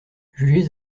jugez